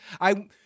I-